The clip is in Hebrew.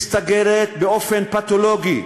מסתגרת באופן פתולוגי,